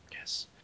yes